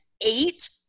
eight